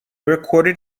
recorded